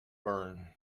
burn